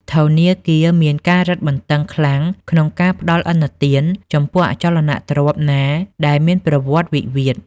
ធនាគារមានការរឹតបន្តឹងខ្លាំងក្នុងការផ្ដល់ឥណទាន ចំពោះអចលនទ្រព្យណាដែលមានប្រវត្តិវិវាទ។